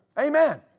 Amen